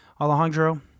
Alejandro